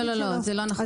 לא, זה לא נכון.